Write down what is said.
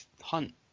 hunt